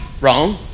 Wrong